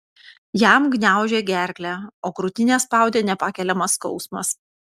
jam gniaužė gerklę o krūtinę spaudė nepakeliamas skausmas